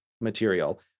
material